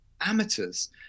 amateurs